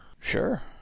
Sure